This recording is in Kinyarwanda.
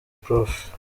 prof